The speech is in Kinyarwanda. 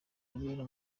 wibera